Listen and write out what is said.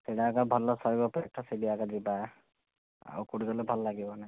ସେଇଟା ଏକା ଭଲ ଶୈବପୀଠ ସେଇ ଜାଗାକୁ ଯିବା ଆଉ କେଉଁଠି ଗଲେ ଭଲ ଲାଗିବନି